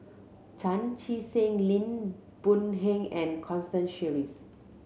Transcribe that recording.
Chan Chee Seng Lim Boon Heng and Constance Sheares